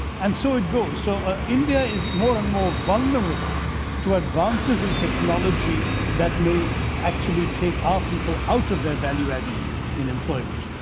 and so it goes. so ah india is more and more vulnerable to advances in technology that may actually take our people out of their value-added in employment.